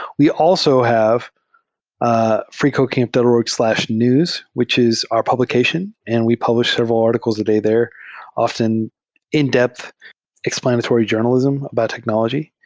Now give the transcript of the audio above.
we also have ah freecodecamp dot org slash news, which is our publication, and we publish several articles a day there often in-depth explanatory journa lism, biotechnology.